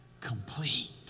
Complete